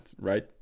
right